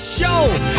show